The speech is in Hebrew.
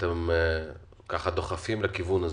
אתם דוחפים לכיוון הזה.